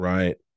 Right